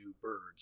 birds